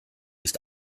ist